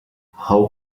how